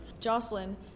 Jocelyn